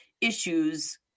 issues